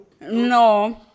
No